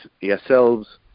Yourselves